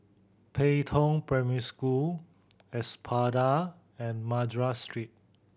Pei Tong Primary School Espada and Madras Street